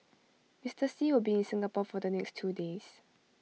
Mister Xi will be in Singapore for the next two days